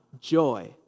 joy